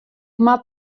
moat